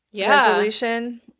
resolution